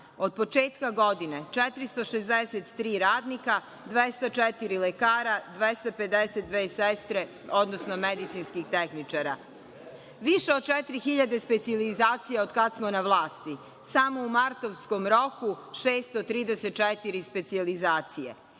Od početka godine 463 radnika, 204 lekara, 252 sestre odnosno medicinskih tehničara. Više od 4.000 specijalizacija od kad smo na vlasti. Samo u martovskom roku – 634 specijalizacije.